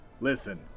Listen